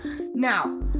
Now